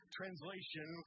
translation